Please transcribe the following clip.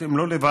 אתם לא לבד,